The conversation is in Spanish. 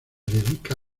dedica